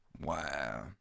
Wow